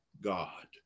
God